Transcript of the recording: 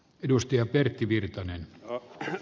edustaja pertti virtanen e